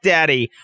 Daddy